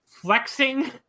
flexing